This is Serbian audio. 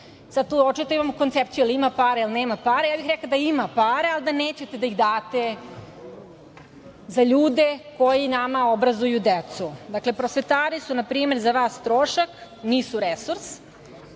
tu očito imamo koncepciju – jel ima pare ili nema pare. Ja bih rekla da ima para ali da nećete da ih date za ljude koji nama obrazuju decu. Dakle, prosvetari su na primer za vas trošak, nisu resurs. Ne